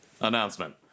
Announcement